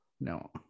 No